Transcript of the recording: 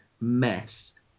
mess